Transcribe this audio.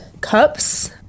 cups